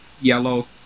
yellow